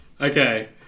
okay